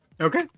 Okay